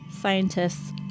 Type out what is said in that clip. scientists